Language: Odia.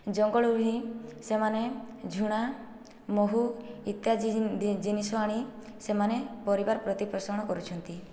ଜଙ୍ଗଲରୁ ହିଁ ସେମାନେ ଝୁଣା ମହୁ ଇତ୍ୟାଦି ଜିନିଷ ଆଣି ସେମାନେ ପରିବାର ପ୍ରତିପ୍ରୋଷଣ କରୁଛନ୍ତି